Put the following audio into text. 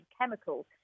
chemicals